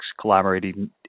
collaborating